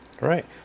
Right